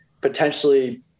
potentially